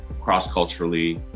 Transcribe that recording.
cross-culturally